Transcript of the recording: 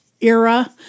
era